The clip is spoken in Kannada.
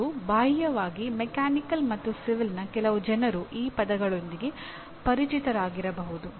ಮತ್ತು ಬಾಹ್ಯವಾಗಿ ಮೆಕ್ಯಾನಿಕಲ್ ಮತ್ತು ಸಿವಿಲ್ನ ಕೆಲವು ಜನರು ಈ ಪದಗಳೊಂದಿಗೆ ಪರಿಚಿತರಾಗಿರಬಹುದು